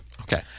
Okay